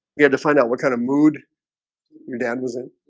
we had to find out what kind of mood your dad was in